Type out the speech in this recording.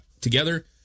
together